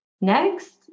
Next